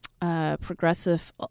progressive